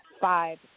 five